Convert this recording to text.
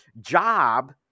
job